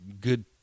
good